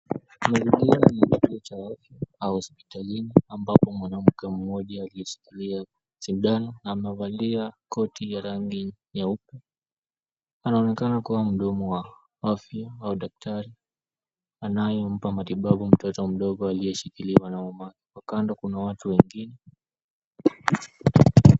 Ndani ya mazingira ya hospitalini ambapo mwanamke mmoja aliyesimama amevalia koti ya rangi ya nyeupe. Anaonekana kuwa mhudumu wa afya au daktari anayempa matibabu mtoto mdogo aliyeshikiliwa na mamake. Hapo kando kuna watu wengine.